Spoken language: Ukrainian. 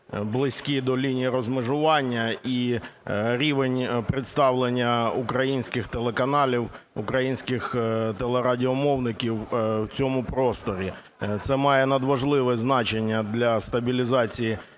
близькі до лінії розмежування, і рівень представлення українських телеканалів, українських телерадіомовників в цьому просторі. Це має надважливе значення для стабілізації